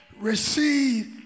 receive